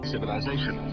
Civilization